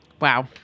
Wow